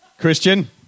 Christian